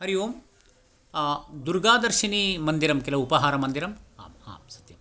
हरि ओम् दुर्गादर्शिनी मन्दिरं किल उपाहारमन्दिरम् आम् आम् सत्यम्